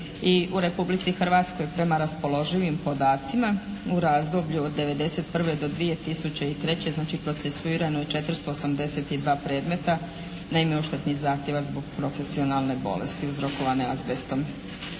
u Republici Hrvatskoj prema raspoloživim podacima u razdoblju od 1991. do 2003. znači procesuirano je 482 predmeta. Naime oštetnih zahtjeva zbog profesionalne bolesti uzrokovane azbestom.